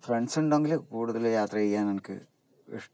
friends ഉണ്ടെങ്കില് കൂടുതല് യാത്ര ചെയ്യാൻ എനിക്ക് ഇഷ്ട്ടം പിന്നെ